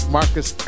Marcus